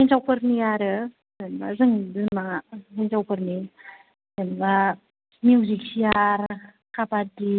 हिनजावफोरनि आरो जेन'बा जों बे मा हिनजावफोरनि जेन'बा मिउजिक चियार खाबादि